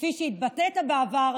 וכפי שהתבטאת בעבר,